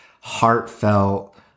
heartfelt